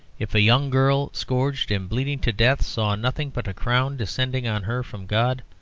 if a young girl, scourged and bleeding to death, saw nothing but a crown descending on her from god,